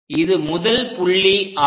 இது முதல் புள்ளி ஆகும்